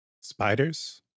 spiders